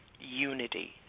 unity